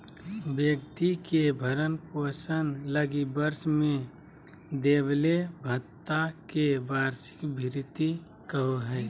व्यक्ति के भरण पोषण लगी वर्ष में देबले भत्ता के वार्षिक भृति कहो हइ